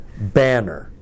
banner